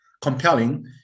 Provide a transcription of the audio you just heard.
compelling